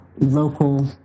local